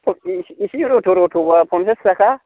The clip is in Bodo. इसे रथ' रथ'बा फन्सास थाखा